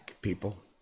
people